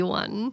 one